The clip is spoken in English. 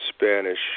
Spanish